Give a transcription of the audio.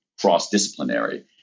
cross-disciplinary